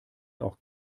auch